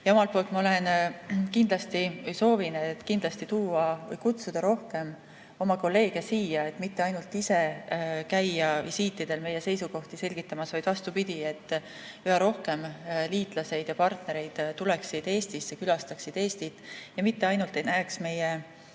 Omalt poolt ma kindlasti soovin tuua või kutsuda rohkem oma kolleege siia – mitte ainult ise käia visiitidel meie seisukohti selgitamas, vaid vastupidi, et üha rohkem liitlasi ja partnereid tuleks Eestisse, külastaks Eestit. Ja mitte ainult ei näeks meie